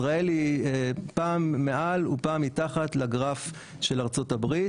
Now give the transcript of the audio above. ישראל היא פעם מעל ופעם מתחת לגרף של ארצות הברית.